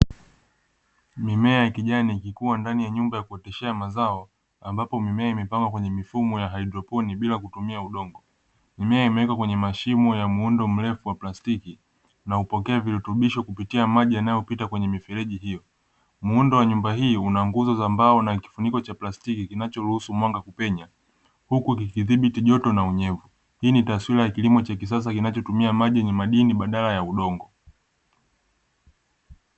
Mimea ya kijani ikikua ndani ya nyumba ya kuoteshea mazao ambapo mimea imepangwa kwenye mifumo ya haidroponi bila kutumia udongo. Mimea imewekwa kwenye mashimo ya muundo mrefu wa plastiki na hupokea virutubisho kupitia maji yanayopita kwenye mifereji hiyo. Muundo wa nyumba hii una nguzo za mbao na kifuniko cha plastiki kinachoruhusu mwanga kupenya, huku ikikidhibiti joto na unyevu. Hii ni taswira ya kilimo cha kisasa kinachotumia maji yenye madini badala ya udongo.